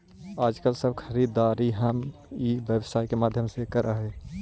आजकल सब खरीदारी हम ई व्यवसाय के माध्यम से ही करऽ हई